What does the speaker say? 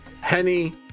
henny